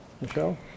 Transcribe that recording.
Michelle